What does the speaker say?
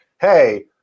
hey